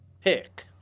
pick